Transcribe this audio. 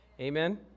Amen